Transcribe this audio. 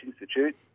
Institute